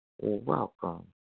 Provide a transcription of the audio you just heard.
welcome